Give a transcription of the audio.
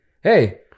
hey